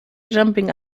jumping